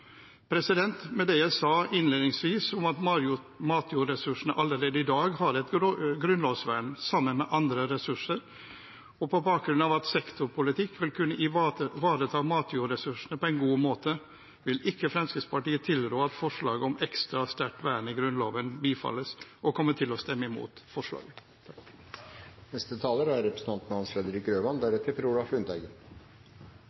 jeg sa innledningsvis om at matjordressursene allerede i dag har et grunnlovsvern sammen med andre ressurser, og på bakgrunn av at sektorpolitikk vil kunne ivareta matjordressursene på en god måte, vil ikke Fremskrittspartiet tilrå at forslag om ekstra sterkt vern i Grunnloven bifalles, og kommer til å stemme imot forslaget.